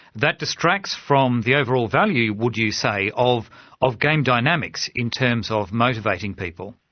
that distracts from the overall value would you say, of of game dynamics in terms of motivating people?